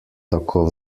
tako